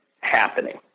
happening